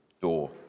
door